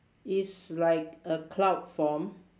is like a cloud form